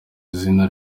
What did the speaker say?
izina